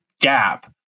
gap